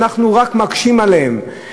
ואנחנו רק מקשים עליהן.